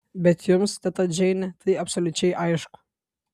bet jums teta džeine tai absoliučiai aišku